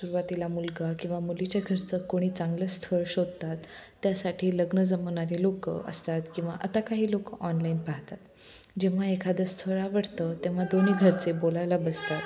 सुरुवातीला मुलगा किंवा मुलीच्या घरचं कोणी चांगलं स्थळ शोधतात त्यासाठी लग्न जमवणारी लोकं असतात किंवा आता काही लोकं ऑनलाईन पाहतात जेव्हा एखादं स्थळ आवडतं तेव्हा दोन्ही घरचे बोलायला बसतात